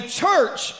church